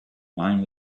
wine